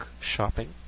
shopping